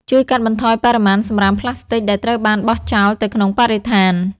ជួយកាត់បន្ថយបរិមាណសំរាមផ្លាស្ទិកដែលត្រូវបានបោះចោលទៅក្នុងបរិស្ថាន។